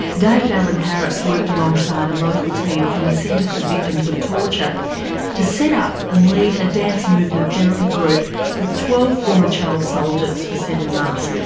david alan harris worked alongside a local team from a centre for victims of torture to set up and lead a dance movement therapy group with twelve former child soldiers for seven months,